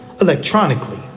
electronically